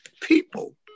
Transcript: people